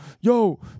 yo